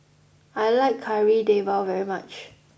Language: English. I like Kari Debal very much